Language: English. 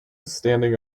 standing